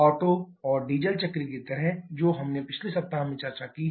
auto और diesel चक्र की तरह जो हमने पिछले सप्ताह में चर्चा की है